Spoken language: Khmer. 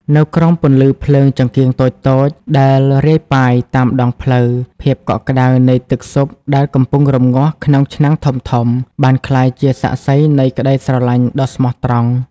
នៅក្រោមពន្លឺភ្លើងចង្កៀងតូចៗដែលរាយប៉ាយតាមដងផ្លូវ ភាពកក់ក្តៅនៃទឹកស៊ុបដែលកំពុងរំងាស់ក្នុងឆ្នាំងធំៗ បានក្លាយជាសាក្សីនៃក្តីស្រឡាញ់ដ៏ស្មោះត្រង់។